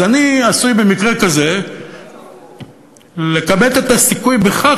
אז אני עשוי במקרה כזה לכמת את הסיכוי בכך